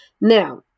Now